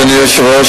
אדוני היושב-ראש,